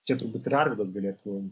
čia turbūt ir arvydas galėtų